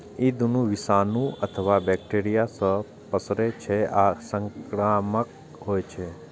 ई दुनू विषाणु अथवा बैक्टेरिया सं पसरै छै आ संक्रामक होइ छै